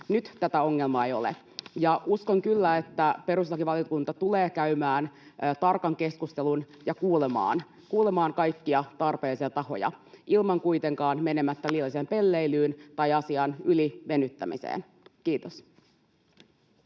Nyt tätä ongelmaa ei ole, ja uskon kyllä, että perustuslakivaliokunta tulee käymään tarkan keskustelun ja kuulemaan kaikkia tarpeellisia tahoja, kuitenkaan menemättä liialliseen pelleilyyn tai asian ylivenyttämiseen. — Kiitos.